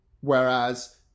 Whereas